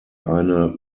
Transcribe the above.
eine